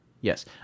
yes